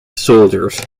soldiers